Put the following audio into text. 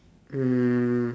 um